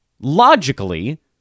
logically